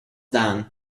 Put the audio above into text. done